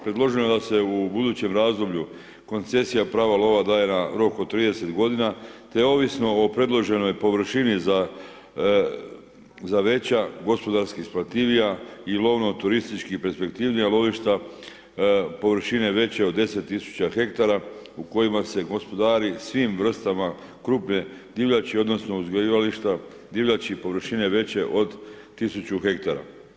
Predloženo je da se u budućem razdoblju koncesija prava lova daje na rok od 30 g. te ovisno o predloženoj površini za veća gospodarski isplativija i lovno-turistički perspektivnija lovišta površine veće od 10 000 ha, u kojima se gospodari svim vrstama krupne divljači odnosno uzgajališta divljači površine veće 1000 ha.